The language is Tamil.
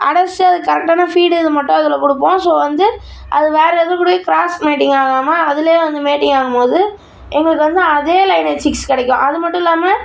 அடைத்து அது கரெக்டான ஃபீடு இது மட்டும் அதில் கொடுப்போம் ஸோ வந்து அது வேறு எதுக்கூடயும் கிராஸ் மேட்டிங் ஆகாமல் அதுலேயே வந்து மேட்டிங் ஆகும்போது எங்களுக்கு வந்து அதே லைனேஜ் சிக்ஸ் கிடைக்கும் அது மட்டும் இல்லாமல்